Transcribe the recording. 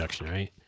right